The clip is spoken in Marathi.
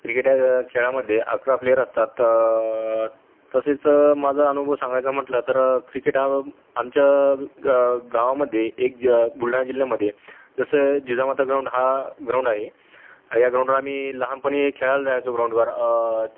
क्रिकेटा या खेळामध्ये अकरा प्लेयर असतात तसेच माझा अनुभव सांगायचं म्हटलं तर क्रिकेट हा आमच्या गावागावामध्ये एक बुलढाणा जिल्ह्यामध्ये जसं जिजामाता ग्राउंड हा ग्राउंड आहे या ग्राउंडवर आम्ही लहानपणी खेळायला जायचो ग्राउंडवर